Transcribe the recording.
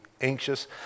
anxious